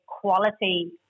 quality